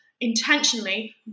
intentionally